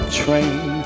train